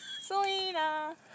Selena